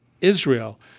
Israel